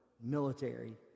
military